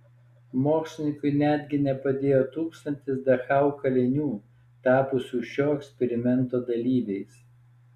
mokslininkui netgi nepadėjo tūkstantis dachau kalinių tapusių šio eksperimento dalyviais